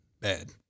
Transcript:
bad